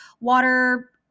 water